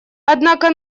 однако